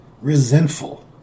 Resentful